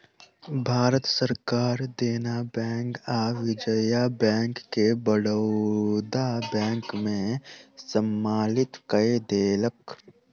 भारत सरकार देना बैंक आ विजया बैंक के बड़ौदा बैंक में सम्मलित कय देलक